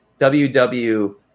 WW